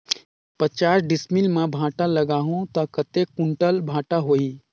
पचास डिसमिल मां भांटा लगाहूं ता कतेक कुंटल भांटा होही?